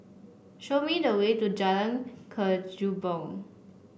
show me the way to Jalan Kechubong